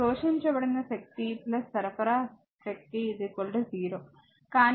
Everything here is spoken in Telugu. శోషించబడిన శక్తి సరఫరా శక్తి 0 కానీ ఇక్కడ ఇది 24 18 6 వాట్